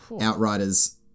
Outriders